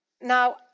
Now